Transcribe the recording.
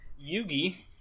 Yugi